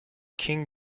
king